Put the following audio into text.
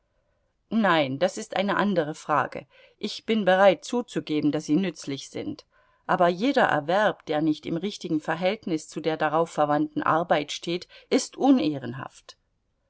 nein das ist eine andere frage ich bin bereit zuzugeben daß sie nützlich sind aber jeder erwerb der nicht im richtigen verhältnis zu der darauf verwandten arbeit steht ist